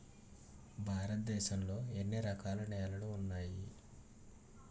భారతదేశం లో ఎన్ని రకాల నేలలు ఉన్నాయి?